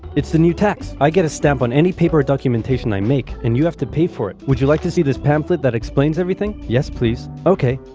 it's the new tax. i get a stamp on any paper or documentation i make, and you have to pay for it. would you like to see this pamphlet that explains everything? yes, please. okay.